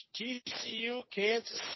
TCU-Kansas